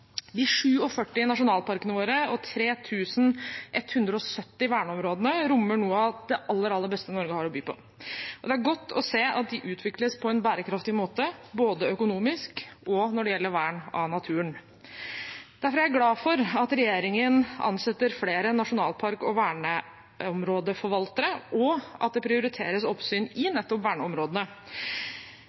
De 47 nasjonalparkene våre og 3 170 verneområdene rommer noe av det aller beste Norge har å by på. Det er godt å se at de utvikles på en bærekraftig måte både økonomisk og når det gjelder vern av naturen. Derfor er jeg glad for at regjeringen ansetter flere nasjonalpark- og verneområdeforvaltere, og at det prioriteres oppsyn i nettopp verneområdene.